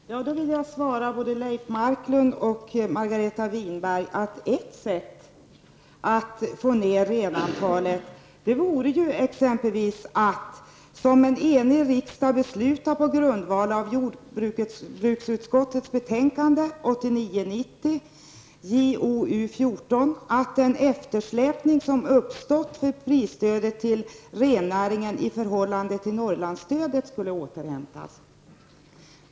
Fru talman! Då vill jag svara på Leif Marklunds och Margareta Winbergs frågor genom att säga att ett sätt att minska antalet renar vore ju att, som en enig riksdag beslutade på grundval av jordbruksutskottets betänkande 1989/90:JoU14, den eftersläpning som uppstått när det gäller prisstödet till rennäringen i förhållande till Vad gör man?